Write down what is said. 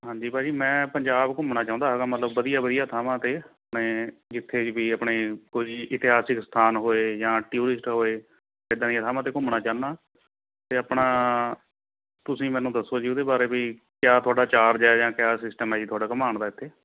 ਹਾਂਜੀ ਭਾ ਜੀ ਮੈਂ ਪੰਜਾਬ ਘੁੰਮਣਾ ਚਾਹੁੰਦਾ ਹੈਗਾ ਮਤਲਬ ਵਧੀਆ ਵਧੀਆ ਥਾਵਾਂ 'ਤੇ ਮੈਂ ਜਿੱਥੇ ਵੀ ਆਪਣੇ ਕੋਈ ਇਤਿਹਾਸਿਕ ਸਥਾਨ ਹੋਏ ਜਾਂ ਟਿਊਰਿਸਟ ਹੋਏ ਇੱਦਾਂ ਦੀਆਂ ਥਾਵਾਂ 'ਤੇ ਘੁੰਮਣਾ ਚਾਹੁੰਦਾ ਅਤੇ ਆਪਣਾ ਤੁਸੀਂ ਮੈਨੂੰ ਦੱਸੋ ਜੀ ਉਹਦੇ ਬਾਰੇ ਵੀ ਕਿਆ ਤੁਹਾਡਾ ਚਾਰਜ ਜਾਂ ਕਿਆ ਸਿਸਟਮ ਹੈ ਜੀ ਤੁਹਾਡਾ ਘੁਮਾਉਣ ਦਾ ਇੱਥੇ